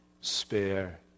spare